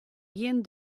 gjin